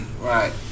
right